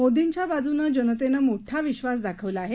मोदींच्या बाजूनं जनतेनं मोठा विक्वास दाखवला आहे